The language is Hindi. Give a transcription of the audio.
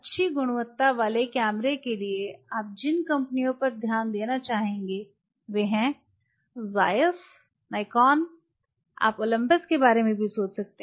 अच्छी गुणवत्ता वाले कैमरे के लिए आप जिन कंपनियों पर ध्यान देना चाहेंगे वे हैं ज़ायस निकॉन आप ओलम्पस के बारे में सोच सकते हैं